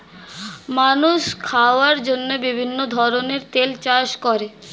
মানুষ খাওয়ার জন্য বিভিন্ন ধরনের তেল চাষ করে